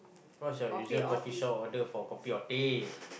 what's your usual coffee shop order for kopi or teh